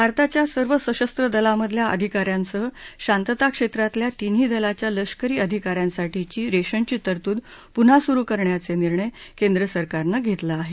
भारताच्या सर्व सशस्त्र दलांमधल्या अधिकाऱ्यांसह शांतता क्षेत्रातल्या तिन्ही दलाच्या लष्करी अधिकाऱ्यांसाठीची रेशनची तरतूद पुन्हा सुरू करण्याचा निर्णय केंद्र सरकारनं घेतला आहे